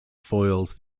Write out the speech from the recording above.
foils